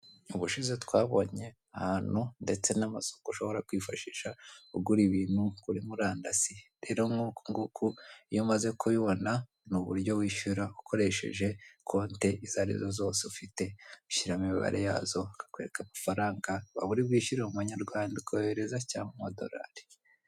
Ubushize twabonye ahantu ndetse n'amasoko ushobora kwifashisha ugura ibintu kuri murandasi rero nkuku nguku iyo umaze kubibona ni uburyo wishyura ukoresheje konte izo ari zo zose ufite ushyiramo imibare yazo bakakwereka amafaranga waba uribwishyure mu manyarwanda ukohereza cyangwa mu madolari.